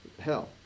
hell